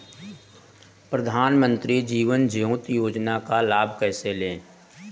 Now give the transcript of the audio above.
प्रधानमंत्री जीवन ज्योति योजना का लाभ कैसे लें?